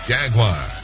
Jaguar